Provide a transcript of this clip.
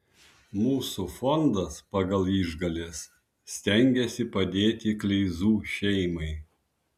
mūsų fondas pagal išgales stengiasi padėti kleizų šeimai